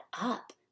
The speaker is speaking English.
up